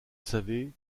savez